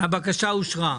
הבקשה אושרה.